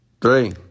Three